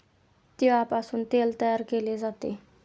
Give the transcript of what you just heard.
तिळापासून तेल तयार केले जाते